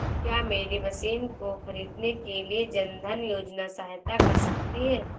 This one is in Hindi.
क्या मेरी मशीन को ख़रीदने के लिए जन धन योजना सहायता कर सकती है?